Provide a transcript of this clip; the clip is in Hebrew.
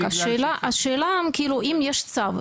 השאלה כאילו אם יש צו,